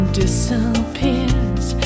disappears